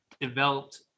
developed